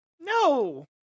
no